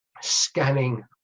scanning